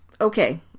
Okay